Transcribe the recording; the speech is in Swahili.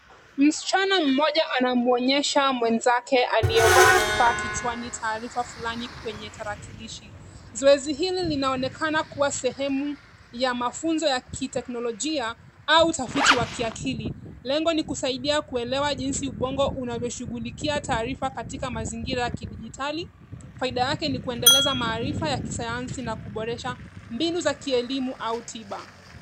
Msichana mmoja anaonyesha mwenzake aliyevaa kifaa kichwani taarifa fulani kwenye tarakilishi. Zoezi hili linaonekana kuwa sehemu ya mafunzo ya kiteknolojia au utafiti wa kiakili. Lengo ni kusaidia kuelewa jinsi ubongo unavyoshughulikia taarifa katika mazingira ya kidigitali. Faida yake ni kuendeleza maarifa ya kisayansi na kuboresha mbinu za kielimu au tiba.